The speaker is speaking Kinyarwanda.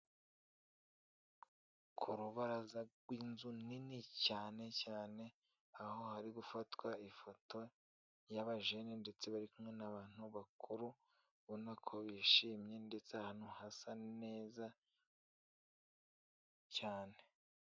Ku rubaraza rw'inzu nini cyane cyane, aho hari gufatwa ifoto y'abajene ndetse bari kumwe n'abantu bakuru, ubona ko bishimye ndetse ahantu hasa neza cyane.